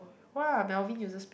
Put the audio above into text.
!wah! Melvin uses